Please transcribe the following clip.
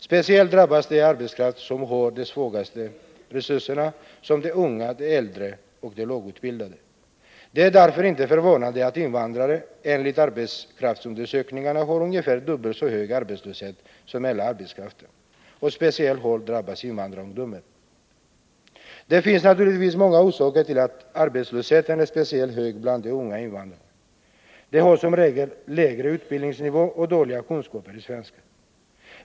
Speciellt drabbas den arbetskraft som har de svagaste resurserna såsom de unga, de äldre och de lågutbildade. Det är därför inte förvånande att enligt arbetskraftsundersökningarna invandrare har ungefär dubbelt så hög arbetslöshet som hela arbetskraften. Särskilt hårt drabbas invandrarungdomar. Det finns naturligtvis många orsaker till att arbetslösheten är speciellt hög bland de unga invandrarna. De har som regel en lägre utbildningsnivå och dåliga kunskaper i svenska.